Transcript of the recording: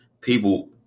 people